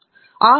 professor